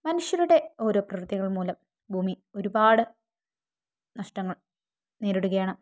മനുഷ്യരുടെ ഓരോ പ്രവർത്തികൾ മൂലം ഭൂമി ഒരുപാട് നഷ്ടങ്ങൾ നേരിടുകയാണ്